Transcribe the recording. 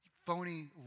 phony